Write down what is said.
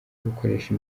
gukoresha